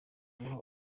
guha